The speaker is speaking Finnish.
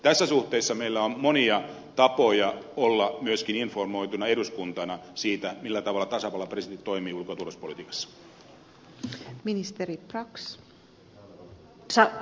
tässä suhteessa meillä on monia tapoja olla myöskin informoituina eduskuntana siitä millä tavalla tasavallan presidentti toimii ulko ja turvallisuuspolitiikassa